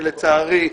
שלצערי,